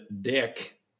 Dick